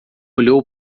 olhou